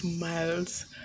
miles